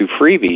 freebies